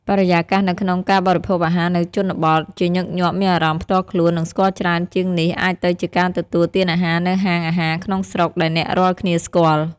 បរិយាកាសនៅក្នុងការបរិភោគអាហារនៅជនបទជាញឹកញាប់មានអារម្មណ៍ផ្ទាល់ខ្លួននិងស្គាល់ច្រើនជាងនេះអាចទៅជាការទទួលទានអាហារនៅហាងអាហារក្នុងស្រុកដែលអ្នករាល់គ្នាស្គាល់។